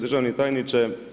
Državni tajniče.